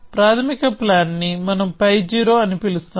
ప్రాథమిక ప్లాన్ ని మనం π0 అని పిలుస్తాం